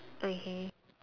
okay